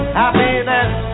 happiness